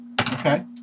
Okay